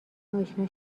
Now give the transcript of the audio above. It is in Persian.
اشنا